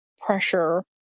pressure